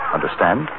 Understand